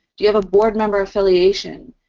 do you have a board member affiliation?